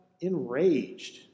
enraged